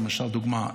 לדוגמה,